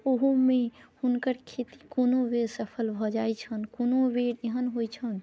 ओहूमे हुनकर खेती कोनो बेर सफल भऽ जाइ छनि कोनो बेर एहन होइ छनि